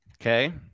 okay